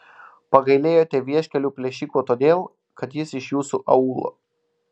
pagailėjote vieškelių plėšiko todėl kad jis iš jūsų aūlo